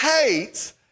hates